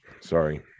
Sorry